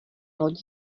lodi